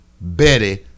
Betty